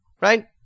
right